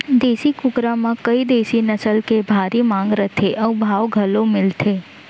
देसी कुकरा म कइ देसी नसल के भारी मांग रथे अउ भाव घलौ मिलथे